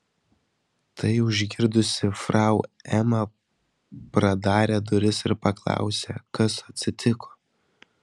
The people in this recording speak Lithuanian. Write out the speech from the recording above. tai užgirdusi frau ema pradarė duris ir paklausė kas atsitiko